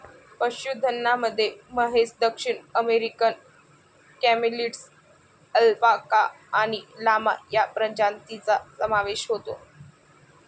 पशुधनामध्ये म्हैस, दक्षिण अमेरिकन कॅमेलिड्स, अल्पाका आणि लामा या प्रजातींचा समावेश होतो